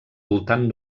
voltant